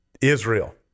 Israel